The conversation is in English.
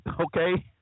okay